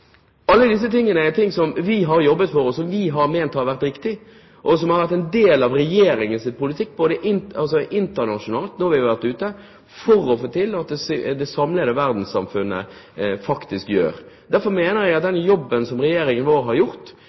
Alle disse tingene er noe vi har jobbet for og som vi har ment har vært riktig, og som har vært en del av Regjeringens politikk internasjonalt når vi har vært ute for å få med det samlede verdenssamfunnet. Derfor mener jeg at den jobben som Regjeringen vår har gjort